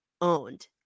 owned